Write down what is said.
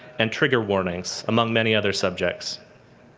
and trigger warnings, among many other subjects.